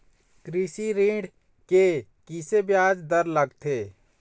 कृषि ऋण के किसे ब्याज दर लगथे?